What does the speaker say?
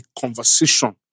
conversation